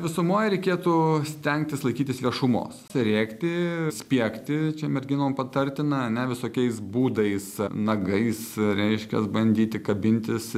visumoj reikėtų stengtis laikytis viešumos rėkti spiegti čia merginom patartina ane visokiais būdais nagais reiškias bandyti kabintis